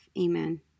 Amen